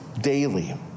daily